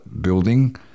building